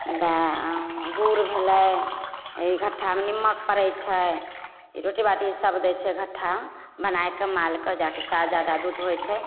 वएह गुड़ भेलै घट्ठामे निम्मक पड़ै छै रोटी बाटी सब दै छै घट्ठा बनैके मालके ताकि जादा दूध होइ छै